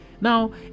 Now